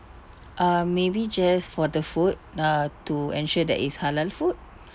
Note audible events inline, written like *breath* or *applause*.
*noise* uh maybe just for the food uh to ensure that it's halal food *breath*